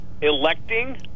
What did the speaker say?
electing